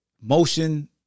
motion